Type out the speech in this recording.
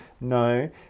no